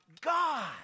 God